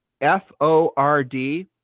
F-O-R-D